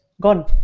gone